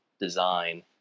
design